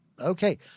okay